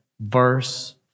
verse